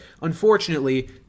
Unfortunately